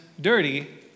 dirty